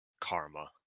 karma